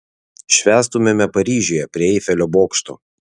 švęstumėme paryžiuje prie eifelio bokšto